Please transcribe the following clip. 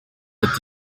ati